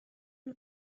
اون